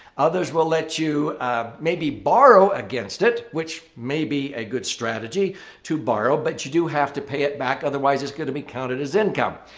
others will let you maybe borrow against it which may be a good strategy to borrow but you do have to pay it back otherwise it's going to be counted as income.